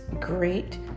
great